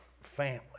family